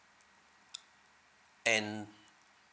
and